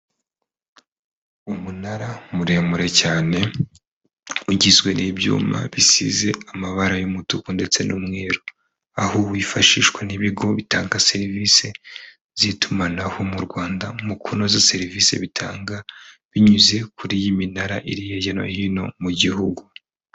Umunara muremure cyane, ugizwe n'ibyuma bisize amabara y'umutuku ndetse n'umweru, aho wifashishwa n'ibigo bitanga serivise zitumanaho mu Rwanda, mu kunoza serivise bitanga, binyuze kuri iyi minara, iri hirya no hino mu gihugu.